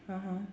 (uh huh)